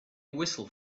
whistle